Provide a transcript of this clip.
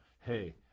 hey